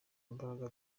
imbaraga